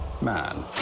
man